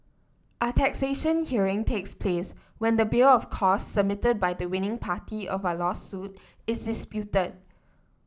a taxation hearing takes place when the bill of costs submitted by the winning party of a lawsuit is disputed